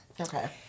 Okay